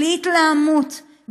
בלי התלהמות,